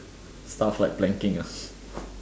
stuff like planking ah